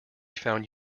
found